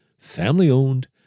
family-owned